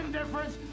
difference